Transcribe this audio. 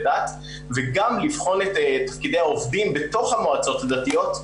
דת וגם לבחון את תפקידי העובדים בתוך המועצות הדתיות,